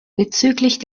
bezüglich